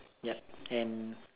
ya and